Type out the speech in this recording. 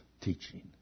teaching